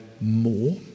more